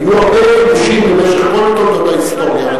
היו הרבה כיבושים במשך כל תולדות ההיסטוריה.